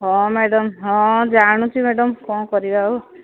ହଁ ମ୍ୟାଡମ୍ ହଁ ଜାଣୁଛି ମ୍ୟାଡମ୍ କ'ଣ କରିବା ଆଉ